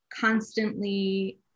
constantly